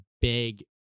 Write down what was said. big